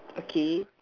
okay